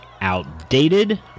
Outdated